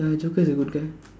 ya joker is a good guy